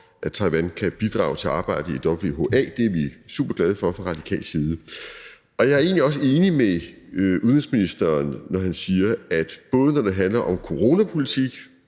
at Taiwan kan bidrage til arbejdet i WHA. Det er vi superglade for fra radikal side. Jeg er egentlig også enig med udenrigsministeren, når han siger, at både når det handler om coronapolitik